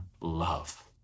love